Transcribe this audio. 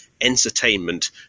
entertainment